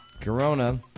Corona